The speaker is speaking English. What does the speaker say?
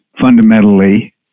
fundamentally